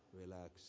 Relax